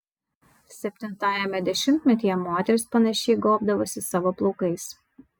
septintajame dešimtmetyje moterys panašiai gobdavosi savo plaukais